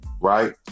right